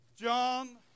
John